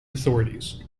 authorities